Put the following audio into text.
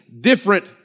different